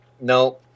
No